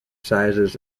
sizes